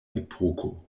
epoko